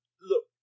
look